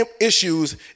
issues